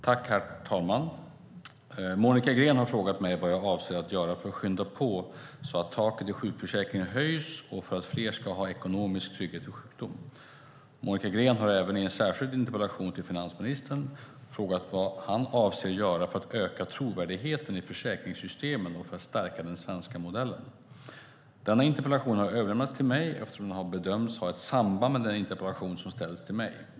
Herr talman! Monica Green har frågat mig vad jag avser att göra för att skynda på så att taket i sjukförsäkringen höjs och för att fler ska ha ekonomisk trygghet vid sjukdom. Monica Green har även i en särskild interpellation till finansministern frågat vad denne avser att göra för att öka trovärdigheten i försäkringssystemen och för att stärka den svenska modellen. Denna interpellation har överlämnats till mig eftersom den har bedömts ha ett samband med den interpellation som ställts till mig.